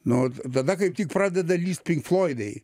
nu vat tada kaip tik pradeda lįst pink floidai